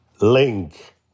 link